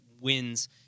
wins